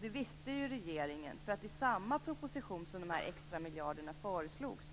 Det visste regeringen, för i samma proposition som de extra miljarderna utlovades